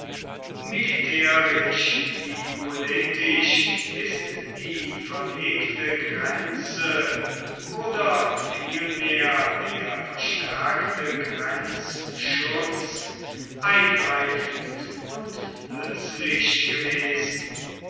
militärisch wie politisch ist die verlegte grenze oder vielmehr der verstärkte grenzschutz eingreifend und nützlich gewesen